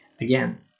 again